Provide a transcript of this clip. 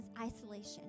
isolation